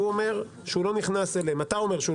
אתה אומר שהוא לא נכנס אליהם,